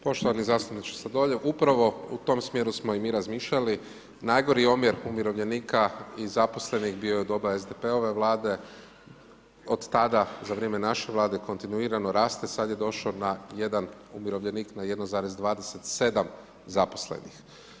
Poštovani zastupniče Sladoljev, upravo u tom smjeru smo i mi razmišljali, najgori omjer umirovljenika i zaposlenih bio je u doba SDP-ove Vlade, od tada za vrijeme naše Vlade kontinuirano raste, sad je došao na 1 umirovljenik na 1,27 zaposlenih.